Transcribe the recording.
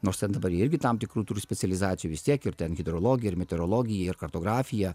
nors ten dabar jie irgi tam tikrų tų specializacijų vis tiek ir ten hidrologija ir meteorologija ir kartografija